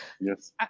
yes